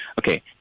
Okay